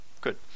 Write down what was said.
good